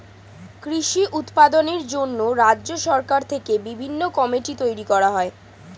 কৃষি উৎপাদনের জন্য রাজ্য সরকার থেকে বিভিন্ন কমিটি তৈরি করা হয়